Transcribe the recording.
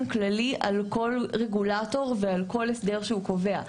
כללי על כל רגולטור ועל כל הסדר שהוא קובע,